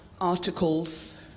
articles